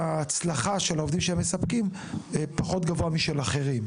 ההצלחה של העובדים שהם מספקים פחות גבוה משל אחרים?